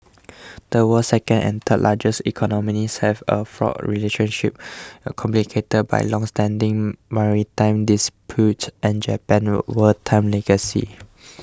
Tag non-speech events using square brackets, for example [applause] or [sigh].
the world's second and third largest economies have a fraught relationship complicated by longstanding maritime disputes and Japan's wartime legacy [noise]